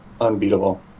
unbeatable